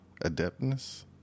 Adeptness